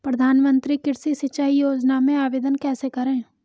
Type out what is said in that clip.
प्रधानमंत्री कृषि सिंचाई योजना में आवेदन कैसे करें?